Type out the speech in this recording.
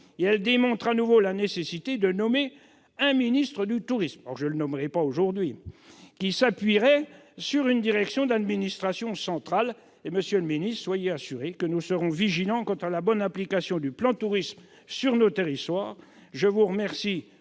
Elle démontre à nouveau la nécessité de nommer un ministre du tourisme de plein exercice, qui s'appuierait sur une direction d'administration centrale dédiée. Monsieur le secrétaire d'État, soyez assuré que nous serons vigilants quant à la bonne application du plan Tourisme sur nos territoires.